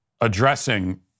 addressing